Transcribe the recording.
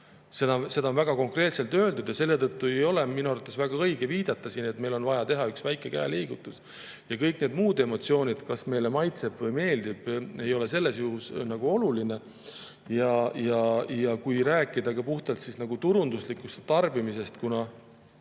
Seda on väga konkreetselt öeldud ja selle tõttu ei ole minu arvates väga õige viidata siin, et meil on vaja teha üks väike käeliigutus. Kõik need muud emotsioonid, kas meile see maitseb või meeldib, ei ole sellel juhul olulised. Rääkides puhtalt turunduslikust [küljest] tarbimisest: kuna